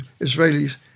Israelis